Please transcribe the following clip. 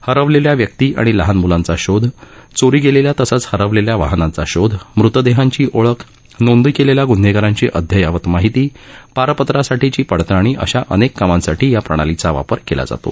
हरवलेल्या व्यक्ती आणि लहान मुलांचा शोध चोरी गेलेल्या तसंच हरवलेल्या वाहनांचा शोध मृतदेहांची ओळख नोंदी केलेल्या ग्न्हेगारांची अद्ययावत माहिती पारपत्रासाठीची पडताळणी अशा अनेक कामांसाठी या प्रणालीचा वापर केला जातो